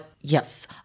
Yes